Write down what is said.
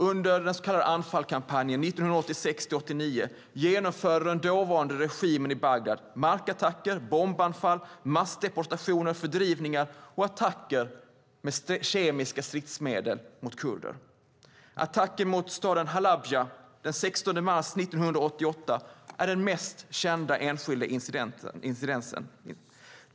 Under den så kallade Anfalkampanjen 1986-89 genomförde den dåvarande regimen i Bagdad markattacker, bombanfall, massdeportationer, fördrivningar och attacker med kemiska stridsmedel mot kurder. Attacken mot staden Halabja den 16 mars 1988 är den mest kända enskilda incidenten.